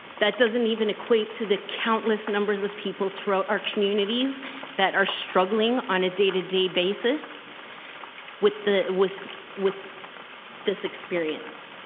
that doesn't even equate to the countless number of people throughout our communities that are struggling on a day-to-day basis with the with with this experience.